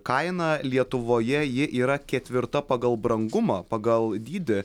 kaina lietuvoje ji yra ketvirta pagal brangumą pagal dydį